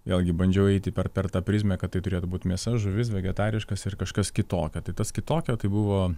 vėlgi bandžiau eiti per per tą prizmę kad tai turėtų būt mėsa žuvis vegetariškas ir kažkas kitokio tai tas kitokio tai buvo